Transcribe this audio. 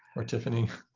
or tiffany?